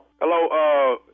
Hello